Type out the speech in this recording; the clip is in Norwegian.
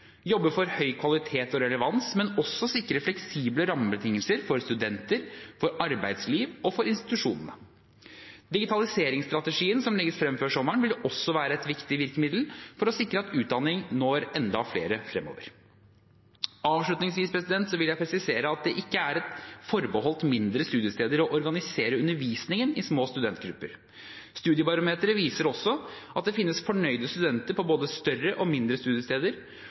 for høy kvalitet og relevans, men også sikre fleksible rammebetingelser for studenter, for arbeidsliv og for institusjonene. Digitaliseringsstrategien som legges frem før sommeren, vil også være et viktig virkemiddel for å sikre at utdanning når enda flere fremover. Avslutningsvis vil jeg presisere at det ikke er forbeholdt mindre studiesteder å organisere undervisningen i små studentgrupper. Studiebarometeret viser også at det finnes fornøyde studenter på både større og mindre studiesteder.